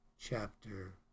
chapter